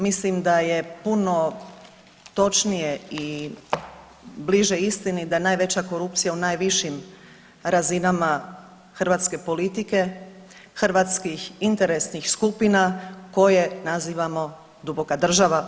Mislim da je puno točnije i bliže istini da je najveća korupcija u najvišim razinama hrvatske politike, hrvatskih interesnih skupina koje nazivamo duboka država.